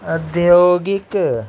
अद्योगिक